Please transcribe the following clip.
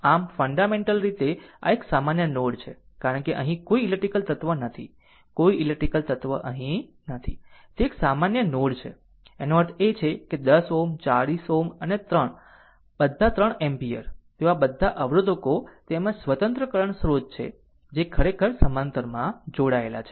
આમ ફન્ડામેન્ટલ રીતે આ આ એક સામાન્ય નોડ છે કારણ કે અહીં કોઈ ઈલેક્ટ્રીકલ તત્વ નથી કોઈ ઈલેક્ટ્રીકલ તત્વ અહીં નથી તે એક સામાન્ય નોડ છે એનો અર્થ એ કે 10 Ω 40 Ω અને બધા 3 એમ્પીયર તેઓ આ બધા અવરોધકો તેમજ સ્વતંત્ર કરંટ સ્રોત જે ખરેખર સમાંતરમાં જોડાયેલા છે